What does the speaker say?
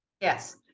Yes